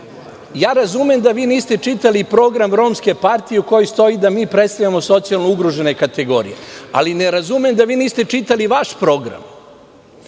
razumem da vi niste čitali program Romske partije u kojoj stoji da mi predstavljamo socijalno ugrožene kategorije, ali ne razumem da vi niste čitali vaš program